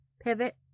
Pivot